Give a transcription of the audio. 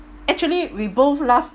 actually we both laugh